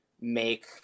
make